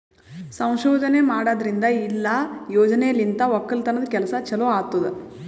ಸಂಶೋಧನೆ ಮಾಡದ್ರಿಂದ ಇಲ್ಲಾ ಯೋಜನೆಲಿಂತ್ ಒಕ್ಕಲತನದ್ ಕೆಲಸ ಚಲೋ ಆತ್ತುದ್